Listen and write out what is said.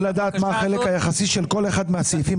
ולדעת מה החלק היחסי של כל אחד מהסעיפים,